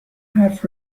حرف